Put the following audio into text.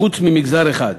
חוץ מעל מגזר אחד,